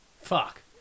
Fuck